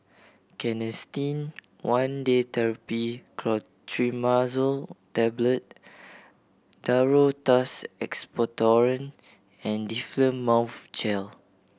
Canesten One Day Therapy Clotrimazole Tablet Duro Tuss Expectorant and Difflam Mouth Gel